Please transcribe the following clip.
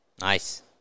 nice